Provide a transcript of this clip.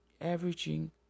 averaging